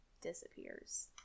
disappears